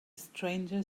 stranger